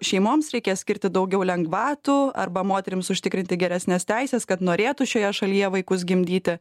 šeimoms reikės skirti daugiau lengvatų arba moterims užtikrinti geresnes teises kad norėtų šioje šalyje vaikus gimdyti